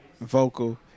vocal